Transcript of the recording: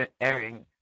airing